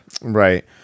Right